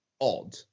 odd